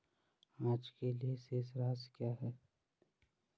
आज के लिए शेष राशि क्या है?